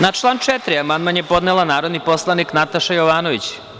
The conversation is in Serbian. Na član 4. amandman je podnela narodni poslanik Nataša Jovanović.